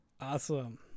awesome